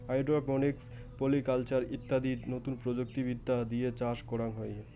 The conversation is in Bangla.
হাইড্রোপনিক্স, পলি কালচার ইত্যাদি নতুন প্রযুক্তি বিদ্যা দিয়ে চাষ করাঙ হই